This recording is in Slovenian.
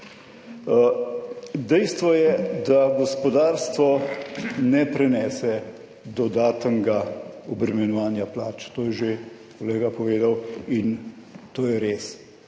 Dejstvo je, da gospodarstvo ne prenese dodatnega obremenjevanja plač. To je že kolega povedal in to je res.